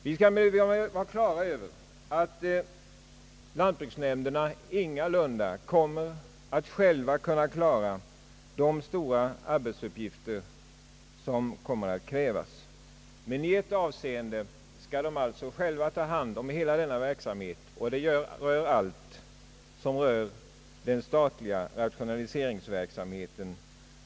Vi skall vara på det klara med att lantbruksnämnderna ingalunda kommer att själva kunna klara de stora arbetsinsatser som kommer att krävas. I ett avseende skall de emellertid själva ta hand om hela verksamheten, nämligen i fråga om allt som rör den statliga rationaliseringsverksamheten.